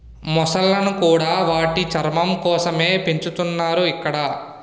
మొసళ్ళను కూడా వాటి చర్మం కోసమే పెంచుతున్నారు ఇక్కడ